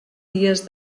dies